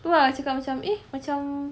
!wah! actually comes from a hwa chong